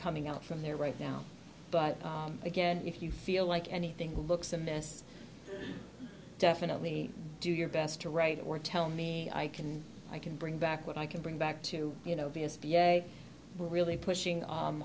coming out from there right now but again if you feel like anything looks a mess definitely do your best to write or tell me i can i can bring back what i can bring back to you know be as v a we're really pushing